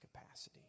capacity